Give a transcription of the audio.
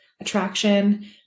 attraction